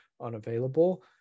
unavailable